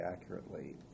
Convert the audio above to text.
accurately